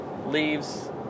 leaves